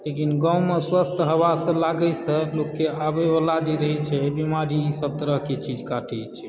लेकिन गाँवमऽ स्वस्थ हवासँ लागयसँ लोककेँ आबयवला जे रहय छै बीमारी ईभ तरहकेँ चीज काटैत छै